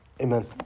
Amen